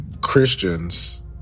Christians